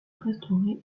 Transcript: restaurer